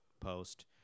post